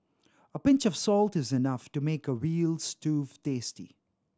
a pinch of salt is enough to make a veal stew tasty